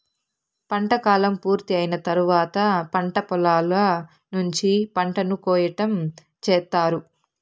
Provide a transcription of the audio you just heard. పంట కాలం పూర్తి అయిన తర్వాత పంట పొలాల నుంచి పంటను కోయటం చేత్తారు